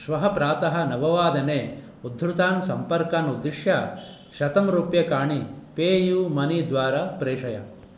श्वः प्रातः नववादने उद्धृतान् सम्पर्कान् उद्दिश्य शतं रूप्यकाणि पे यू मनी द्वारा प्रेषय